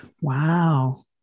Wow